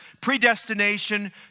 predestination